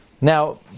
Now